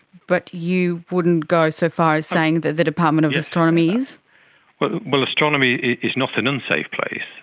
but you wouldn't go so far as saying that the department of astronomy is? but well, astronomy is not an unsafe place.